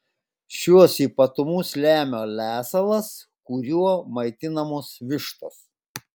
šiuos ypatumus lemia lesalas kuriuo maitinamos vištos